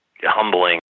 humbling